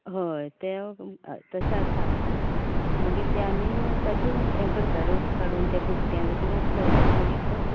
होय तें तशें आसा आमचे मगीर ते आमी तातूंत हें करता रोस काडून त्या भट्यान अशें घातलो की मागीर तो